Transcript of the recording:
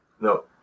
no